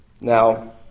Now